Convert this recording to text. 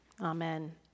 Amen